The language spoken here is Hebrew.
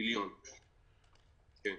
מיליון, כן.